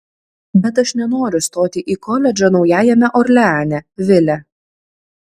bet aš nenoriu stoti į koledžą naujajame orleane vile